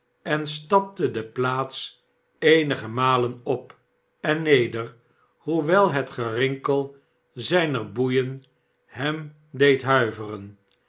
en stapte de plaats eenige malen op en neder hoewel het gennkel zijner boeien hem deed huiveren